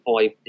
five